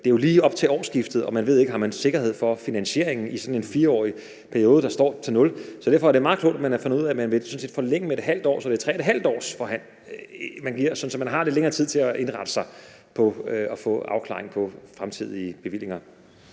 Det er jo lige op til årsskiftet, og man ved ikke, om man har sikkerhed for finansieringen i sådan en 4-årig periode, der p.t. står på nul. Derfor er det meget klogt, at man har fundet ud af, at man vil forlænge med ½ år, så det er en bevilling for 3½ år, der gives, sådan der er lidt længere tid til at indrette sig på at få en afklaring af fremtidige bevillinger.